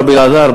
רבי אלעזר,